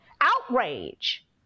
outrage